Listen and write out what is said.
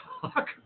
talk